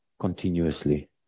continuously